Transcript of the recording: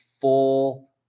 full